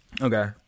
Okay